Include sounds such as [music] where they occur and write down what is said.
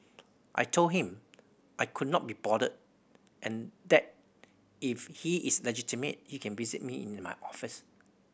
I told him I could not be bothered and that if he is legitimate he can visit me in [unintelligible] my office